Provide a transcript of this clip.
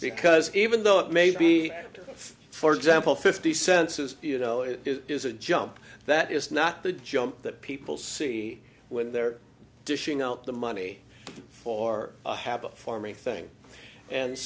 because even though it may be active for example fifty cents is you know it is a jump that is not the jump that people see when they're dishing out the money for a habit forming thing and